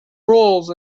roles